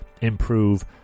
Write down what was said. improve